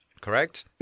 correct